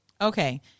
Okay